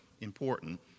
important